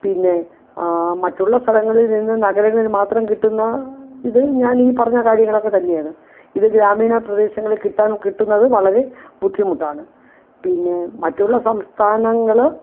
പിന്നെ മറ്റുള്ള സ്ഥലങ്ങളിൽ നിന്നും നഗരങ്ങളിൽ മാത്രം കിട്ടുന്ന ഇതു ഞാനീ പറഞ്ഞ കാര്യങ്ങളൊക്കെ തന്നെയാണ് ഇതു ഗ്രാമീണ പ്രദേശങ്ങളിൽ കിട്ടാൻ കിട്ടുന്നത് വളരെ ബുദ്ധിമുട്ടാണ് പിന്നെ മറ്റുള്ള സംസ്ഥാനങ്ങൾ